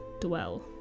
dwell